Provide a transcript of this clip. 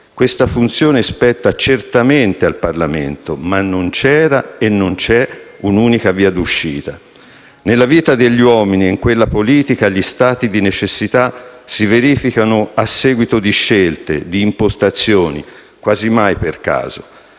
Questa funzione spetta certamente al Parlamento, ma non c'era e non c'è un'unica via d'uscita. Nella vita degli uomini e in quella politica gli stati di necessità si verificano a seguito di scelte, di impostazioni, quasi mai per caso.